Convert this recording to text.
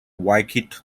waikato